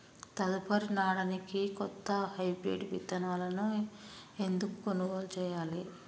తదుపరి నాడనికి కొత్త హైబ్రిడ్ విత్తనాలను ఎందుకు కొనుగోలు చెయ్యాలి?